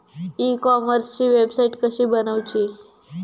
E कॉमर्सची website कशी बनवची?